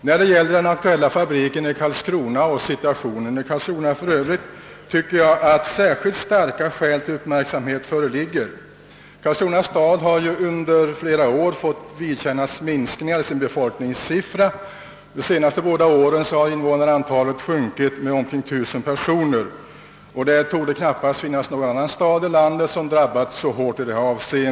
Beträffande den aktuella fabriken i Karlskrona och situationen där föreligger särskilt starka skäl till uppmärksamhet. Karlskrona stad har under flera år fått vidkännas minskningar i sin befolkningssiffra — de senaste båda åren har invånarantalet sjunkit med omkring 1000 personer. Knappast någon annan stad i landet torde ha drabbats så hårt.